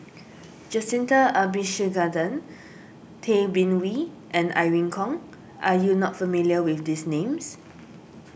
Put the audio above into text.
Jacintha Abisheganaden Tay Bin Wee and Irene Khong are you not familiar with these names